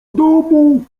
domu